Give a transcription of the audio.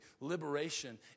Liberation